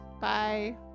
Bye